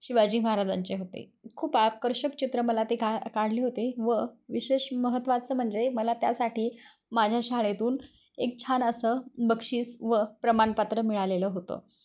शिवाजी महाराजांचे होते खूप आकर्षक चित्र मला ते का काढले होते व विशेष महत्त्वाचं म्हणजे मला त्यासाठी माझ्या शाळेतून एक छान असं बक्षिस व प्रमाणपत्र मिळालेलं होतं